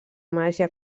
màgia